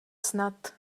snad